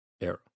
arrow